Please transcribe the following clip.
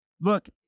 look